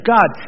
God